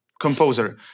composer